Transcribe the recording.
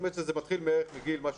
זה מתחיל בערך מגיל 14,